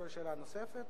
לשאול שאלה נוספת.